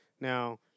Now